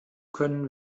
können